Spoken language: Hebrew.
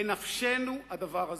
בנפשנו הדבר הזה.